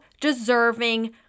deserving